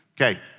okay